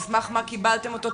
על סמך מה קיבלתם אותו?